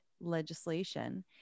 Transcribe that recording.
legislation